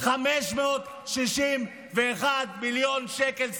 561 מיליון שקל סתם.